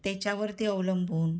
त्याच्यावरती अवलंबून